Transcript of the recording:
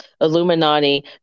illuminati